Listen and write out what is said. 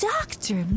Doctor